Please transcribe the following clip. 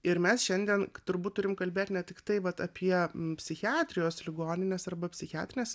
ir mes šiandien turbūt turim kalbėt ne tiktai vat apie psichiatrijos ligoninės arba psichiatrinės